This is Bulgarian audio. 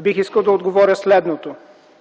бих искал да отговоря следното.